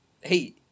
hey